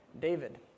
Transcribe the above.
David